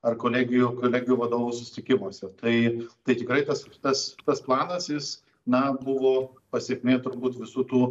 ar kolegijų kolegijų vadovų susitikimuose tai tai tikrai tas tas tas planas jis na buvo pasekmė turbūt visų tų